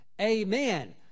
amen